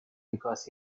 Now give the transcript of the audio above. because